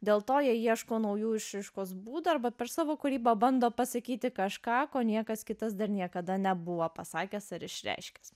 dėl to jie ieško naujų išraiškos būdų arba per savo kūrybą bando pasakyti kažką ko niekas kitas dar niekada nebuvo pasakęs ar išreiškęs